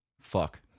Fuck